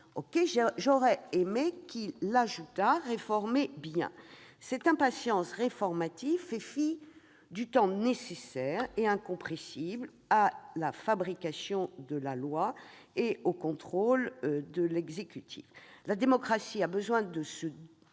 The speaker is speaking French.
J'aurais préféré qu'il veuille réformer bien. Cette impatience réformatrice fait fi du temps nécessaire et incompressible à la fabrication de la loi et au contrôle de l'exécutif. La démocratie a besoin de ce double